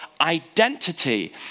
identity